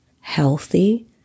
healthy